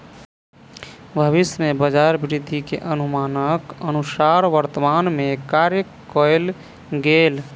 भविष्य में बजार वृद्धि के अनुमानक अनुसार वर्तमान में कार्य कएल गेल